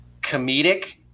comedic